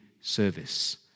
service